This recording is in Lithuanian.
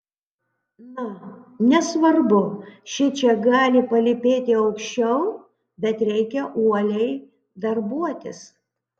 na nesvarbu šičia gali palypėti aukščiau bet reikia uoliai darbuotis